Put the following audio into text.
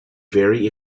very